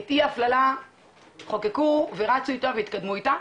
את אי-ההפללה חוקקו ורצו איתה והתקדמו איתה,